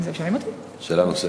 שאלה נוספת.